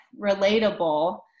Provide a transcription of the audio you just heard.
relatable